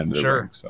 Sure